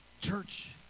church